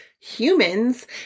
Humans